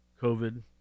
COVID